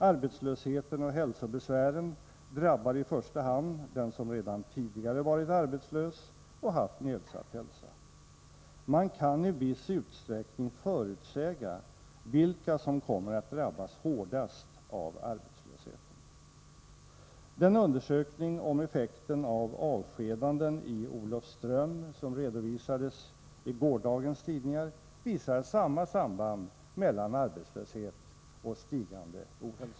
—-—- Arbetslösheten och hälsobesvären drabbar i första hand den som redan tidigare varit arbetslös och haft nedsatt hälsa. Man kan i viss utsträckning förutsäga vilka som kommer att drabbas hårdast av arbetslösheten.” Den undersökning om effekten av avskedanden i Olofström som redovisades i gårdagens tidningar visade samma samband mellan arbetslöshet och stigande ohälsa.